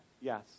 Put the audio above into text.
Yes